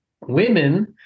Women